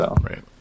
Right